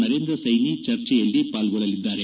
ನರೇಂದ್ರ ಸೈನಿ ಚರ್ಚೆಯಲ್ಲಿ ಪಾಲ್ಗೊಳ್ಳಲಿದ್ದಾರೆ